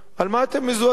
על מה אתם מזועזעים?